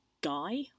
guy